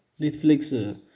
Netflix